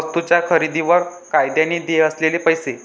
वस्तूंच्या खरेदीवर कायद्याने देय असलेले पैसे